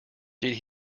did